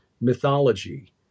mythology